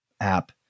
app